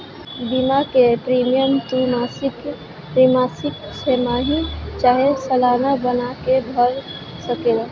बीमा के प्रीमियम तू मासिक, त्रैमासिक, छमाही चाहे सलाना बनवा के भर सकेला